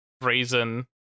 reason